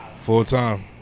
full-time